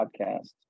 podcast